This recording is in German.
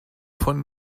von